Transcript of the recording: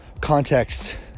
context